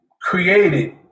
created